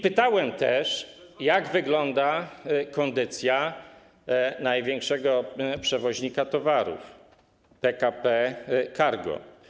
Pytałem też, jak wygląda kondycja największego przewoźnika towarów, PKP Cargo.